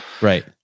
Right